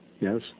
yes